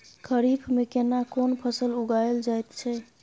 खरीफ में केना कोन फसल उगायल जायत छै?